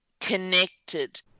connected